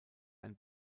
ein